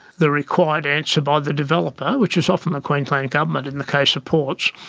the required answer by the developer, which is often the queensland government in the case of ports,